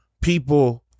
people